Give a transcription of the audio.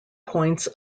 points